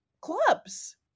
clubs